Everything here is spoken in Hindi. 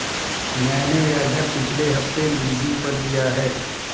मैंने यह घर पिछले हफ्ते लीजिंग पर लिया है